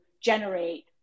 generate